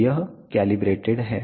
तो यह कैलिब्रेटेड है